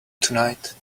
tonight